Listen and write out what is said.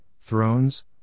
thrones